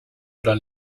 oder